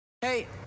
Hey